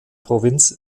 provinz